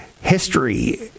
History